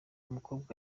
umukobwa